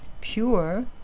Pure